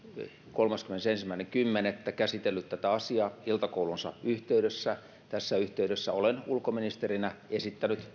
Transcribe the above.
kolmaskymmenesensimmäinen kymmenettä käsitellyt tätä asiaa iltakoulunsa yhteydessä tässä yhteydessä olen ulkoministerinä esittänyt